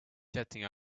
jetting